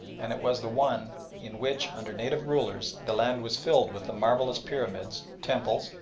and it was the one in which, under native rulers, the land was filled with the marvellous pyramids, temples,